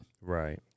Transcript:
Right